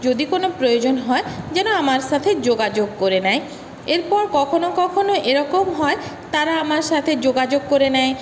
যদি কোনো প্রয়োজন হয় যেন আমার সাথে যোগাযোগ করে নেয় এরপর কখনো কখনো এরকম হয় তারা আমার সাথে যোগাযোগ করে নেয়